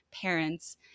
parents